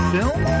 Film